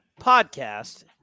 podcast